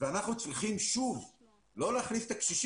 ובואו נשים את הדברים